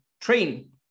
train